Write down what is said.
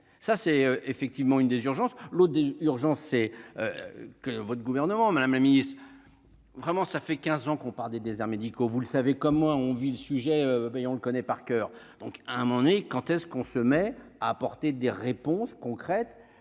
ça, c'est effectivement une des urgences, l'autre urgence et que votre gouvernement madame la vraiment ça fait 15 ans qu'on parle des déserts médicaux, vous le savez comme moi, on vit le sujet ben on le connaît par coeur, donc à mon et quand est-ce qu'on se met à apporter des réponses concrètes